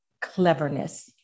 cleverness